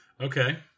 Okay